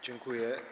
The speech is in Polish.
Dziękuję.